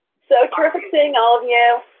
so terrific seeing all of you.